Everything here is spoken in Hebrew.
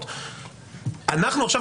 שוב,